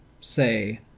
say